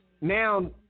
now